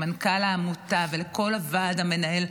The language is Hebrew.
למנכ"ל העמותה ולכל הוועד המנהל,